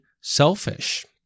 selfish